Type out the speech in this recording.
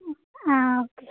ആ ഓക്കേ